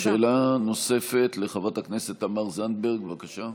תודה, שאלה נוספת, לחברת הכנסת תמר זנדברג, בבקשה.